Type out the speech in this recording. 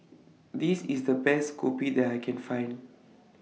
This IS The Best Kopi that I Can Find